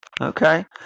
Okay